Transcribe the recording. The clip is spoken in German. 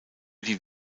die